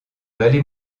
vallée